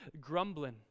grumbling